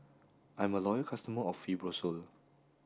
I'm a loyal customer of Fibrosol